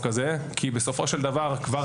כמובן,